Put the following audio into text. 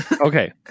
Okay